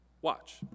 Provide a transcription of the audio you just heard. Watch